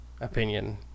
opinion